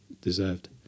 deserved